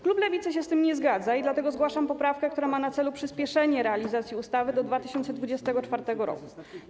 Klub Lewicy się z tym nie zgadza i dlatego zgłaszam poprawkę, która ma na celu przyspieszenie realizacji ustawy do 2024 r.